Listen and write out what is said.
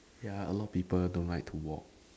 ya a lot of people don't like to walk